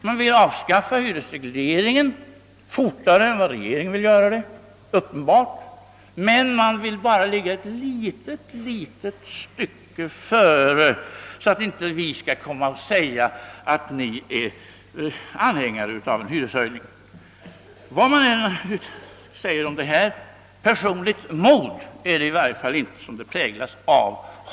Man ville uppenbarligen avskaffa hyresregleringen snabbare än regeringen, men man ville ligga bara ett litet, litet stycke före oss, så att inte vi skulle kunna påstå att man var anhängare av hyreshöjningar. Vad som än kan sägas om detta hand lande, personligt mod präglas det inte av!